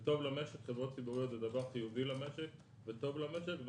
חברות ציבוריות זה דבר חיובי למשק וטוב למשק,